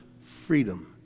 freedom